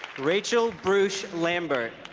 rachel brush lambert